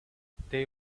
they